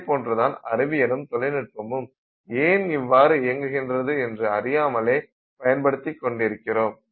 இதேபோன்றுதான் அறிவியலும் தொழில்நுட்பமும் ஏன் இவ்வாறு இயங்குகின்றது என்று அறியாமலே பயன்படுத்திக் கொண்டிருக்கிறோம்